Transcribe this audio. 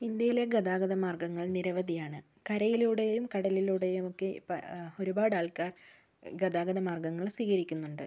ഇന്ത്യയിലെ ഗതാഗതമാർഗങ്ങൾ നിരവധിയാണ് കരയിലൂടെയും കടലിലൂടെയും ഒക്കെ ഇപ്പോൾ ഒരുപാട് ആൾക്കാർ ഗതാഗത മാർഗങ്ങൾ സ്വീകരിക്കുന്നുണ്ട്